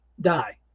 die